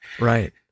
Right